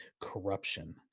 corruption